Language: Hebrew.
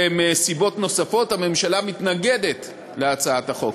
ומסיבות נוספות, הממשלה מתנגדת להצעת החוק.